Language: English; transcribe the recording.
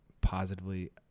positively